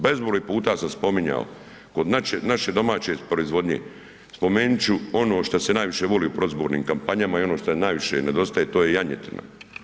Bezbroj puta sam spominjao, kod naše domaće proizvodnje spomenut ću ono šta se najviše voli u predizbornim kampanjama i ono šta najviše nedostaje to je janjetina.